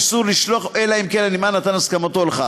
איסור לשלוח אלא אם כן הנמען נתן הסכמתו לכך.